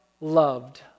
loved